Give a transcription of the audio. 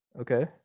Okay